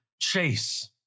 chase